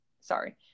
sorry